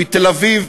מתל-אביב,